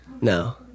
no